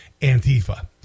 Antifa